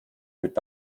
mit